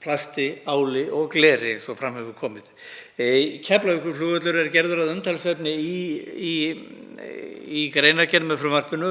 plasti, áli og gleri, eins og fram hefur komið. Keflavíkurflugvöllur er gerður að umtalsefni í greinargerð með frumvarpinu,